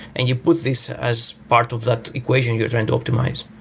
and you put these as part of that equation you're trying to optimize.